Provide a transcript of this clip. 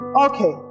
Okay